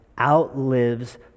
outlives